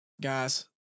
Guys